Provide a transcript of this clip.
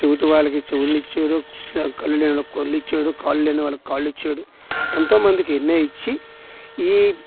చెవిటి వాళ్ళకి చెవులును ఇచ్చాడు కళ్ళు లేని వారికి కళ్ళు ఇచ్చాడు కాళ్ళు లేని వారికి కాళ్ళు ఇచ్చాడు ఎంతోమందికి ఎన్నో ఇచ్చి ఈ